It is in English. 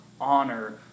honor